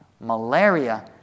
Malaria